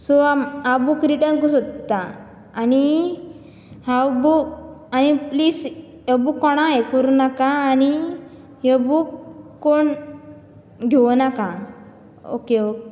so आम हांव book return कू सोदता आनी हांव बूक आनी प्लीज हो बूक कोणा हें करूं नाका आनी हे बूक कोण घेवं नाका ओक ओ